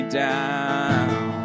down